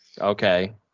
Okay